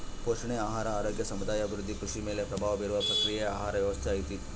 ಪೋಷಣೆ ಆಹಾರ ಆರೋಗ್ಯ ಸಮುದಾಯ ಅಭಿವೃದ್ಧಿ ಕೃಷಿ ಮೇಲೆ ಪ್ರಭಾವ ಬೀರುವ ಪ್ರಕ್ರಿಯೆಯೇ ಆಹಾರ ವ್ಯವಸ್ಥೆ ಐತಿ